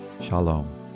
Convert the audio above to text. Shalom